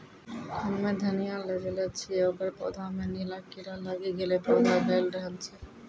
हम्मे धनिया लगैलो छियै ओकर पौधा मे नीला कीड़ा लागी गैलै पौधा गैलरहल छै?